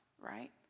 right